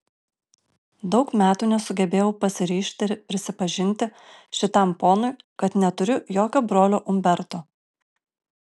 daug metų nesugebėjau pasiryžti ir prisipažinti šitam ponui kad neturiu jokio brolio umberto